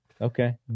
Okay